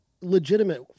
legitimate